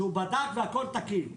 שהוא בדק והכול תקין.